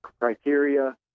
criteria